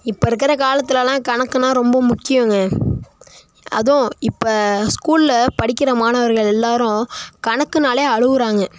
இப்போ இருக்கிற காலத்துலலாம் கணக்குனா ரொம்ப முக்கியங்க அதுவும் இப்போ ஸ்கூலில் படிக்கிற மாணவர்கள் எல்லாரும் கணக்குனால் அழுகிறாங்க